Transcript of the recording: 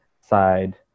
side